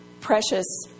precious